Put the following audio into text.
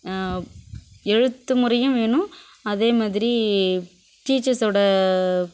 எழுத்து முறையும் வேணும் அதே மாதிரி டீச்சர்ஸ்ஸோட